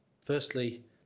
firstly